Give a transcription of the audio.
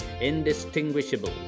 indistinguishable